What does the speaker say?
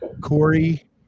Corey